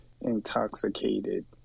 intoxicated